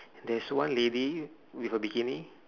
there's one lady with a bikini